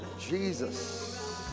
Jesus